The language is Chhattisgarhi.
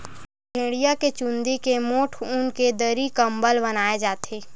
भेड़िया के चूंदी के मोठ ऊन के दरी, कंबल बनाए जाथे